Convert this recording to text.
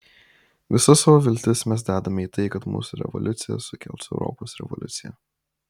visas savo viltis mes dedame į tai kad mūsų revoliucija sukels europos revoliuciją